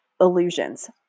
Illusions